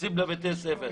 שיוצאים לבתי הספר.